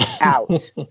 out